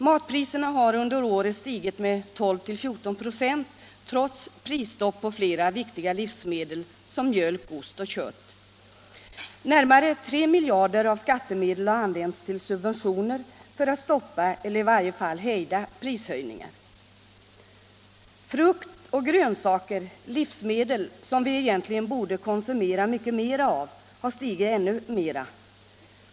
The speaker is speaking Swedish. Matpriserna har under året stigit med 12-14 96, trots prisstopp på flera viktiga livsmedel som mjölk, ost och kött. Närmare 3 miljarder av skattemedel har använts till subventioner för att stoppa eller i varje fall hejda prishöjningar. Frukt och grönsaker, livsmedel som vi egentligen borde konsumera mycket mer av, har stigit ännu kraftigare.